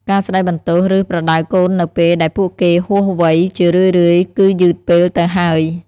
ការស្ដីបន្ទោស ឬប្រដៅកូននៅពេលដែលពួកគេហួសវ័យ ជារឿយៗគឺយឺតពេលទៅហើយ។